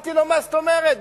אמרתי לו: מה זאת אומרת,